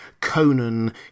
Conan